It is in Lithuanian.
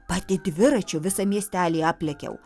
pati dviračiu visą miestelį aplėkiau